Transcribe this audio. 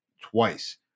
twice